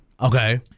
Okay